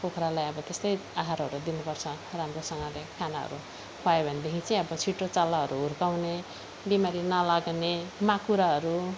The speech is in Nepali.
कुखरालाई अब त्यस्तै आहारहरू दिनुपर्छ राम्रोसँगले खानाहरू खुवायो भनेदेखि चाहिँ अब छिटो चल्लाहरू हुर्काउने बिमारी नलाग्ने माकुराहरू